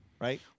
right